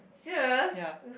ya